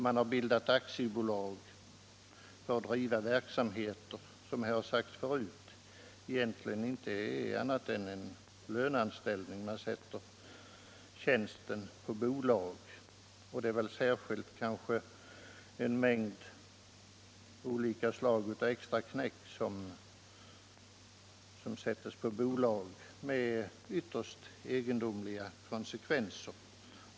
Man har bildat aktiebolag för att bedriva verksamheter, vilka — såsom det här tidigare har sagts — egentligen inte är någonting annat än en löneanställning; man sätter tjänsten på bolag. Det är kanske framför allt en mängd olika slag av extraknäck som sätts på bolag, med ytterst egendomliga konsekvenser.